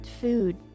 food